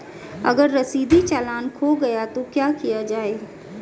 अगर रसीदी चालान खो गया तो क्या किया जाए?